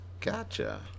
Gotcha